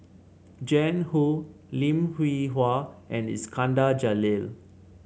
Jiang Hu Lim Hwee Hua and Iskandar Jalil